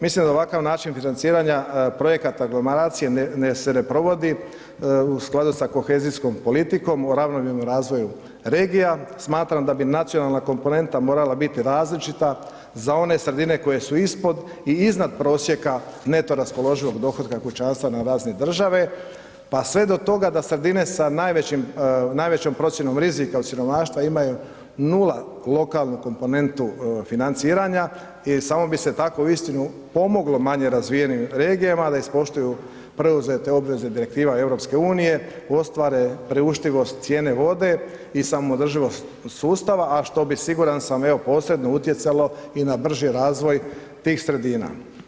Mislim da ovaka način financiranja projekata aglomeracije se ne provodi u skladu sa kohezijskom politikom o ravnomjernom razvoju regija, smatram da bi nacionalna komponenta moral biti različita za one sredine koje su ispod i iznad prosjeka neto raspoloživog dohotka kućanstva na razini države pa sve do toga da sredine sa najvećom procjenom rizika od siromaštva imaju nula lokalnu komponentu financiranja i samo bi se tako uistinu pomoglo manje razvijenim regijama da ispoštuju preuzete obveze direktiva EU-a, ostvare priuštivost cijene vode i samoodrživost sustava a što bi siguran sam evo posebno utjecalo i na brži razvoj tih sredina.